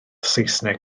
saesneg